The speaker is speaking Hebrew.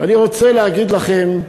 אני רוצה להגיד לכם: